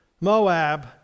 Moab